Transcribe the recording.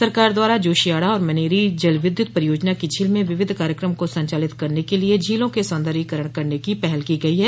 सरकार द्वारा जोशियाड़ा और मनेरी जल विद्युत परियोजना की झील में विविध कार्यक्रम को संचालित करने के लिए झीलों के सौन्दर्यकरण करने की पहल की गई है